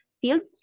fields